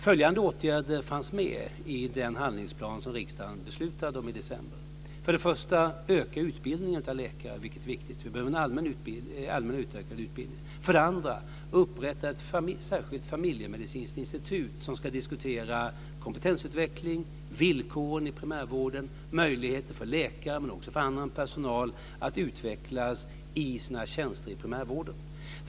Följande åtgärder fanns med i den handlingsplan som riksdagen beslutade om i december. För det första ska vi öka utbildningen av läkare, vilket är viktigt. Vi behöver en allmänt utökad utbildning. För det andra ska vi upprätta ett särskilt familjemedicinskt institut som ska diskutera kompetensutveckling, villkoren i primärvården och möjligheter för läkare, men också för annan personal, att utvecklas i sina tjänster i primärvården.